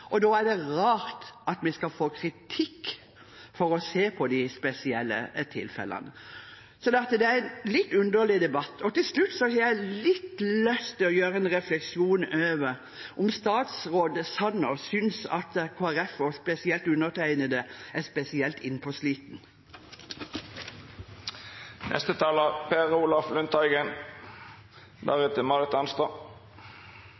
og da er det rart at vi skal få kritikk for å se på de spesielle tilfellene. Så dette er en litt underlig debatt. Til slutt har jeg lyst til å gjøre en refleksjon over om statsråd Sanner synes at Kristelig Folkeparti og særlig undertegnede er spesielt